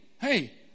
hey